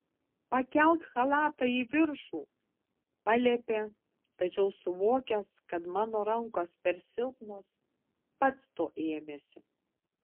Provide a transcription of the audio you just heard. pakelk chalatą į viršų paliepė tačiau suvokęs kad mano rankos per silpnos pats to ėmėsi